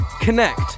connect